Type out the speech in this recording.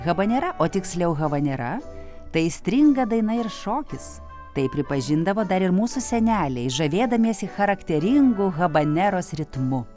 habanera o tiksliau havanera tai aistringa daina ir šokis tai pripažindavo dar ir mūsų seneliai žavėdamiesi charakteringu habaneros ritmu